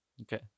Okay